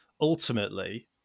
ultimately